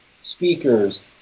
speakers